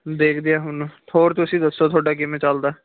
ਦੇਖਦੇ ਆ ਹੁਣ ਹੋਰ ਤੁਸੀਂ ਦੱਸੋ ਤੁਹਾਡਾ ਕਿਵੇਂ ਚੱਲਦਾ